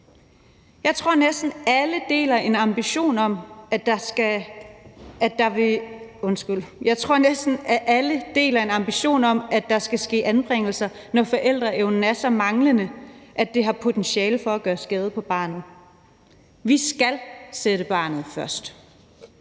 Jeg tror, at næsten alle deler en ambition om, at der skal ske anbringelser, når forældreevnen er så manglende, at det har potentiale til at gøre skade på barnet. Vi skal sætte barnet først.